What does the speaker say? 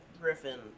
Griffin